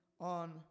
on